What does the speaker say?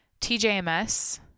TJMS